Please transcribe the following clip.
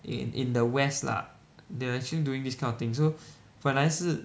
in in the west lah they actually doing this kind of thing so 本来是